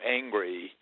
angry –